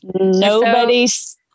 Nobody's